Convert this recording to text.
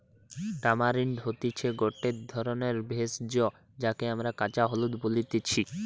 tamarind হতিছে গটে ধরণের ভেষজ যাকে আমরা কাঁচা হলুদ বলতেছি